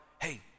Hey